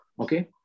Okay